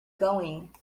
going